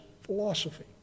philosophy